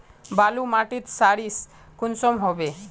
बालू माटित सारीसा कुंसम होबे?